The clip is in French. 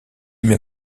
bien